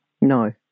No